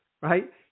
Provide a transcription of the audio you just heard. right